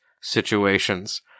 situations